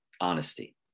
honesty